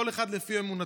כל אחד לפי אמונתו.